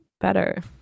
better